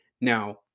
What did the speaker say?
Now